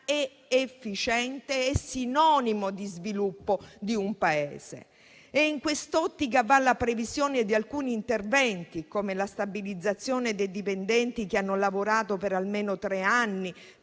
ed efficiente è sinonimo di sviluppo di un Paese. In quest'ottica va la previsione di alcuni interventi, come la stabilizzazione dei dipendenti che hanno lavorato per almeno tre anni